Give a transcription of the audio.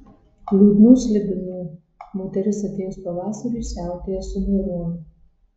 liūdnų slibinų moteris atėjus pavasariui siautėja su maironiu